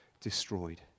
destroyed